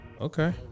Okay